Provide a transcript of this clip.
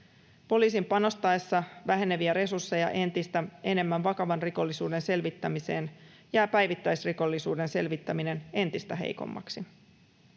Poliisin panostaessa väheneviä resursseja entistä enemmän vakavan rikollisuuden selvittämiseen jää päivittäisrikollisuuden selvittäminen entistä heikommaksi.